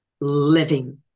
living